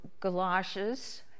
galoshes